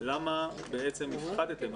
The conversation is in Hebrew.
למה בעצם הפחתתם?